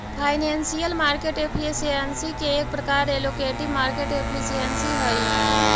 financial market efficiency के एक प्रकार एलोकेटिव मार्केट एफिशिएंसी हई